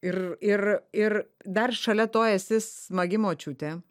ir ir ir dar šalia to esi smagi močiutė